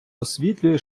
освітлює